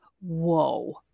whoa